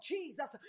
Jesus